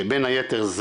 שבין היתר,